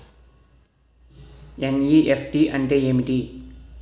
NEFT అంటే ఏమిటి?